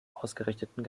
ausgerichteten